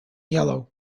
yellow